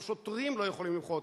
גם שוטרים לא יכולים למחות,